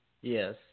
Yes